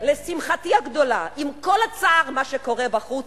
לשמחתי הגדולה, עם כל הצער על מה שקורה בחוץ,